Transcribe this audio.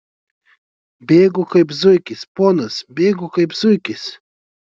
bėgu kaip zuikis ponas bėgu kaip zuikis